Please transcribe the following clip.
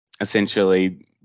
essentially